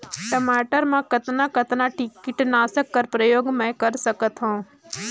टमाटर म कतना कतना कीटनाशक कर प्रयोग मै कर सकथव?